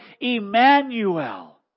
Emmanuel